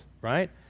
right